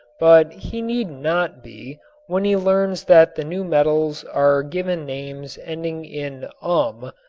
but he need not be when he learns that the new metals are given names ending in um,